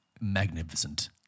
magnificent